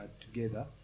together